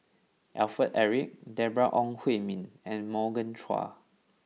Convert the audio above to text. Alfred Eric Deborah Ong Hui Min and Morgan Chua